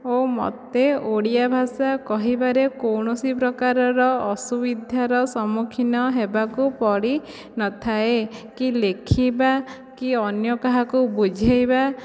ଓ ମୋତେ ଓଡ଼ିଆ ଭାଷା କହିବାରେ କୌଣସି ପ୍ରକାରର ଅସୁବିଧାର ସମ୍ମୁଖୀନ ହେବାକୁ ପଡ଼ିନଥାଏ କି ଲେଖିବା କି ଅନ୍ୟ କାହାକୁ ବୁଝାଇବା